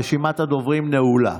רשימת הדוברים נעולה.